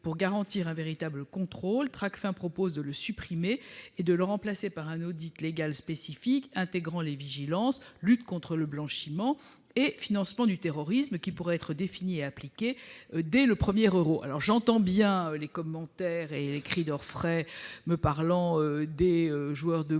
pour garantir un véritable contrôle. Tracfin propose de le supprimer et de le remplacer par un audit légal spécifique intégrant les vigilances Lutte contre le blanchiment et Financement du terrorisme, qui pourrait être défini et appliqué dès le premier euro d'argent public versé ». J'entends déjà les commentaires et les cris d'orfraie pour évoquer les joueurs de boules